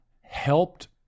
helped